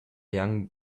young